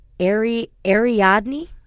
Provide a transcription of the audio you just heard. Ariadne